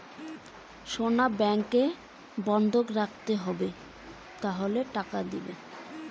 সোনা রেখে টাকা নিতে চাই কি করতে হবে?